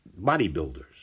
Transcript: bodybuilders